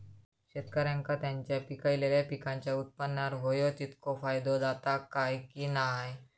शेतकऱ्यांका त्यांचा पिकयलेल्या पीकांच्या उत्पन्नार होयो तितको फायदो जाता काय की नाय?